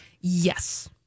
Yes